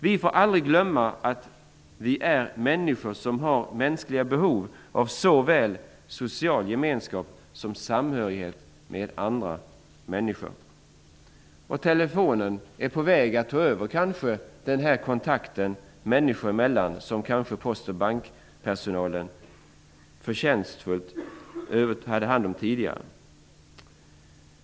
Vi får aldrig glömma att vi är människor och har mänskliga behov av såväl social gemenskap som samhörighet med andra människor. Telefonen är på väg att ta över kontakten människor emellan som post och bankpersonal förtjänstfullt hade hand om tidigare.